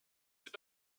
sait